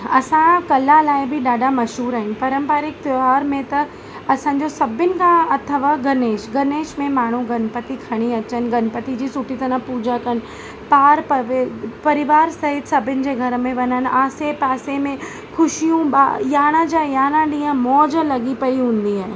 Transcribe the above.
असां कला लाइ बि ॾाढा मशहूरु आहियूं पारंपारिक त्यौहार में त असांजो सभिनि खां अथव गणेश गणेश में माण्हूं गणपति खणी अचनि गणपति जी सुठी तरह पूॼा कनि पार पवे परिवार सहित सभिनि जे घर में वञनि आसे पासे में ख़ुशियूं बि यारहां जां यारहां ॾींहं मौज लॻी पई हूंदी आहे